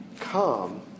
Come